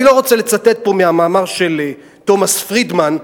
אני לא רוצה לצטט פה מהמאמר של תומס פרידמן,